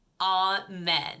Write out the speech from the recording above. Amen